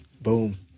Boom